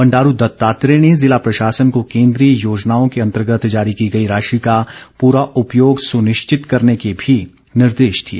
बंडारू दत्तात्रेय ने जिला प्रशासन को केन्द्रीय योजनाओं के अंतर्गत जारी की गई राशि का पूरा उपयोग सुनिश्चित करने के भी निर्देश दिए